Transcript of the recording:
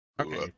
Okay